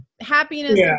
happiness